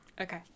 Okay